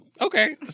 Okay